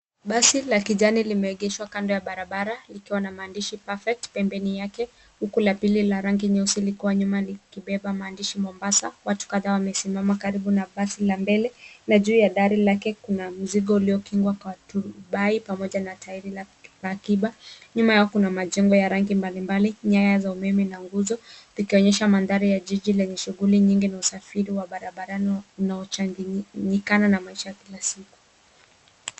Basi la kijani limeegeshwa kando ya barabara likiwa na maandishi perfect pembeni yake huku la pili la rangi nyeusi likiwa nyuma likibeba maandishi Mombasa. Watu kadhaa wamesimama karibu na basi la mbele na juu ya dari lake kuna mzigo ulio kingwa kwa turubai pamoja na tairi la akiba. Nyuma yao kuna majengo ya rangi mbali mbali nyaya za umeme na nguzo likionyesha madhari yenye shughuli nyingi na usafiri wa barabarani unaochangayika na maisha ya kila siku.